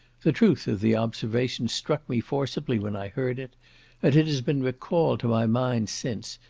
the truth of the observation struck me forcibly when i heard it and it has been recalled to my mind since,